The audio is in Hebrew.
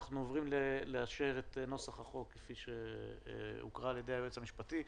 אנחנו עוברים לאשר את נוסח הצעת החוק כפי שנקרא על ידי היועץ המשפטי,